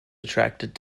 attracted